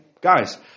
guys